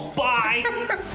bye